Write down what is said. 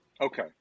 Okay